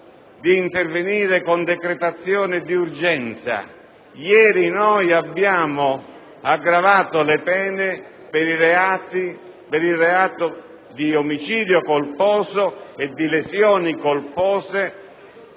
di intervenire con decretazione d'urgenza. Ieri abbiamo aggravato le pene per il reato di omicidio colposo e di lesioni colpose